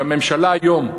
שהממשלה היום,